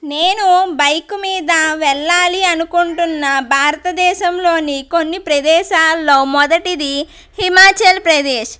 నేను బైకు మీద వెళ్ళాలి అనుకుంటున్నాను భారతదేశంలోని కొన్ని ప్రదేశాల్లో మొదటిది హిమాచల్ప్రదేశ్